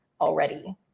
already